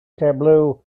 tableau